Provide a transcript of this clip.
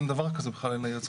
אין דבר כזה בכלל לנייד זכויות,